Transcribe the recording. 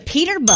Peter